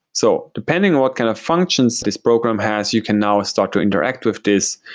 so depending on what kind of functions this program has, you can now ah start to interact with this.